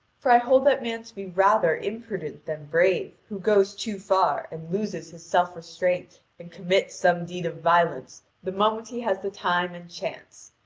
for i hold that man to be rather imprudent than brave who goes too far and loses his self-restraint and commits some deed of violence the moment he has the time and chance.